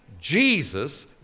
Jesus